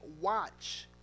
watch